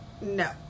No